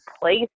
place